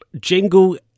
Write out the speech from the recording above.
jingle